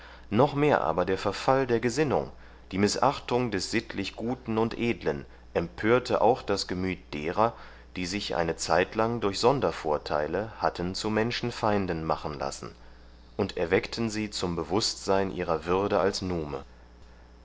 noch mehr aber der verfall der gesinnung die mißachtung des sittlich guten und edlen empörte auch das gemüt derer die sich eine zeitlang durch sondervorteile hatten zu menschenfeinden machen lassen und erweckten sie zum bewußtsein ihrer würde als nume